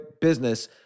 business